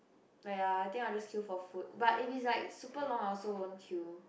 oh ya I think I will just queue for food but it's like super long I also won't queue